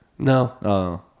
No